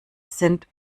sind